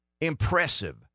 impressive